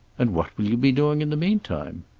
and what will you be doing in the meantime?